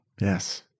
Yes